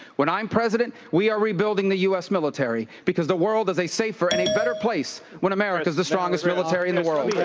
when i'm president, we are rebuilding the u s. military because the world is a safer and a better place when america is the strongest military in the world.